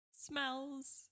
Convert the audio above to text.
Smells